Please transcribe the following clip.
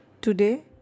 Today